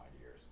years